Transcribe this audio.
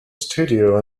studio